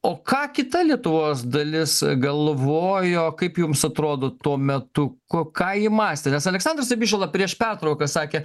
o ką kita lietuvos dalis galvojo kaip jums atrodo tuo metu ko ką ji mąstė nes aleksandras abišala prieš pertrauką sakė